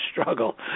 struggle